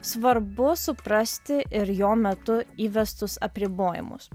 svarbu suprasti ir jo metu įvestus apribojimus